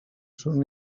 són